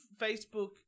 Facebook